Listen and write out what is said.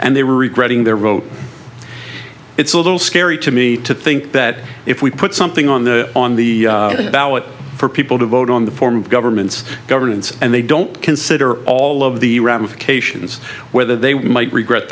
and they were regretting their vote it's a little scary to me to think that if we put something on the on the ballot for people to vote on the form of government's governance and they don't consider all of the ramifications where they we might regret